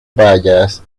bayas